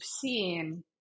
seen